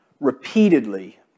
repeatedly